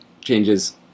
changes